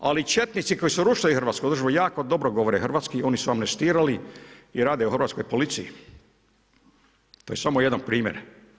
Ali četnici koji su rušili hrvatsku državu jako dobro govore hrvatski, oni su amnestirani i rade u hrvatskoj policiji, to je samo jedan primjer.